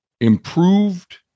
improved